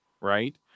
right